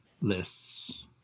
lists